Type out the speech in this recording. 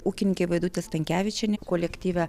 ūkininkė vaidutė stankevičienė kolektyve